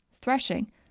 threshing